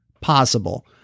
possible